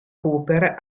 cooper